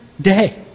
day